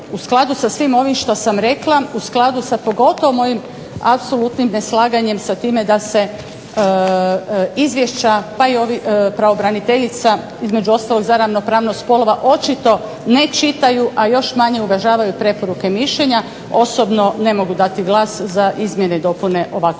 u skladu sa svim ovim što sam rekla, u skladu sa pogotovo mojim apsolutnim neslaganjem sa time da se izvješća, pa i ovi pravobraniteljica, između ostalog za ravnopravnost spolova očito ne čitaju, a još manje uvažavaju preporuke i mišljenja, osobno ne mogu dati glas za izmjene i dopune ovakvog